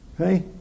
Okay